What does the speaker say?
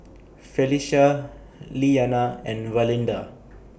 Felicia Lilyana and Valinda